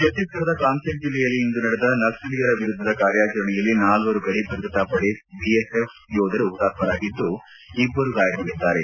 ಛತ್ತೀಸ್ಗಢದ ಕಾಂಕೇರ್ ಜಿಲ್ಲೆಯಲ್ಲಿ ಇಂದು ನಡೆದ ನಕ್ಲಲೀಯರ ವಿರುದ್ದದ ಕಾರ್ಯಾಚರಣೆಯಲ್ಲಿ ನಾಲ್ವರು ಗಡಿ ಭದ್ರತಾ ಪಡೆ ಬಿಎಸ್ಎಫ್ ಯೋಧರು ಪುತಾತ್ಕರಾಗಿದ್ದು ಇಬ್ಲರು ಗಾಯಗೊಂಡಿದ್ದಾರೆ